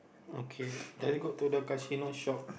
okay then we go to the Casino shop